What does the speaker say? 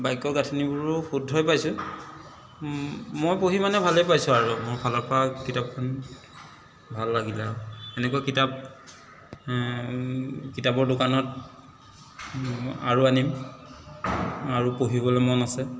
বাক্যৰ গাঁথনিবোৰো শুদ্ধই পাইছোঁ মই পঢ়ি মানে ভালে পাইছোঁ আৰু মোৰ ফালৰ পৰা কিতাপখন ভাল লাগিলে আৰু এনেকুৱা কিতাপ কিতাপৰ দোকানত আৰু আনিম আৰু পঢ়িবলৈ মন আছে